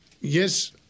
yes